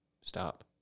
Stop